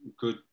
good